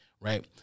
right